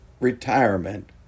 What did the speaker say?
retirement